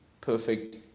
perfect